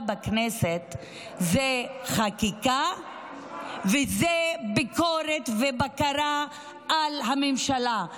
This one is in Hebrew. בכנסת הוא חקיקה וביקורת ובקרה על הממשלה,